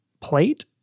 plate